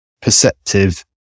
perceptive